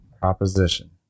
Proposition